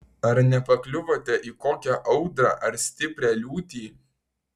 ar nepakliuvote į kokią audrą ar stiprią liūtį